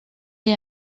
est